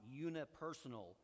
unipersonal